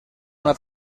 una